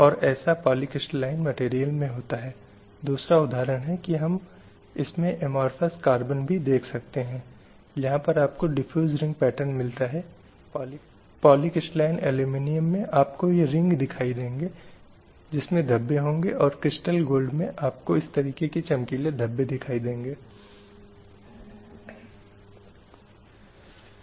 तो अगर यह एक पुरुष है या यह एक महिला है या अगर यह भाषा आदि के संदर्भ में लोगों के समूहों के बीच कुछ अन्य भेदभाव है तो कानून इन विभिन्न श्रेणियों के लिए अलग तरीके से काम करने का जोखिम नहीं उठा सकता है